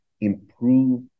improve